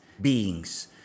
beings